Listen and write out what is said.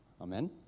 amen